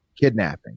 kidnapping